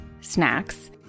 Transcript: snacks